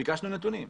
ביקשנו נתונים.